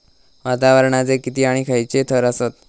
वातावरणाचे किती आणि खैयचे थर आसत?